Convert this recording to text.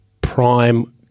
prime